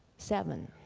seven